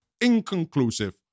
Inconclusive